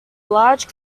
large